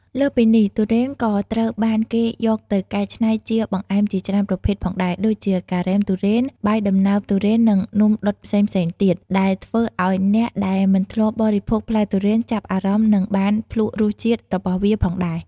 លើសពីនេះ ទុរេនក៏ត្រូវបានគេយកទៅកែច្នៃជាបង្អែមជាច្រើនប្រភេទផងដែរ ដូចជា ការ៉េមទុរេន បាយដំណើបទុរេននិងនំដុតផ្សេងៗទៀត ដែលធ្វើឲ្យអ្នកដែលមិនធ្លាប់បរិភោគផ្លែទុរេនចាប់អារម្មណ៍និងបានភ្លក់រសជាតិរបស់វាផងដែរ។